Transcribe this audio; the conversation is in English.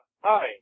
Hi